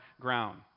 ground